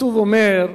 הכתוב אומר: